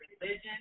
religion